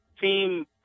Team